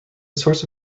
source